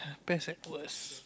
best at was